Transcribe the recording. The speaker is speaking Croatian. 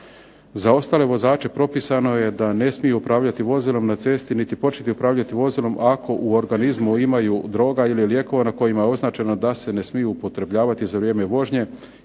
Za ostale vozače propisano je da ne smiju upravljati vozilom na cesti niti početi upravljati vozilom ako u organizmu imaju droga ili lijekova na kojima je označeno da se ne smiju upotrebljavati za vrijeme vožnje